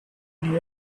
new